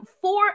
four